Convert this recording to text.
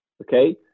Okay